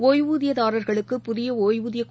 ஒய்வூதியதாரர்களுக்குபுதியஒய்வூதியக்